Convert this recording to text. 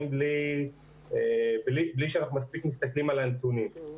בלי שאנחנו מספיק מסתכלים על הנתונים.